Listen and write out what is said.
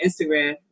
Instagram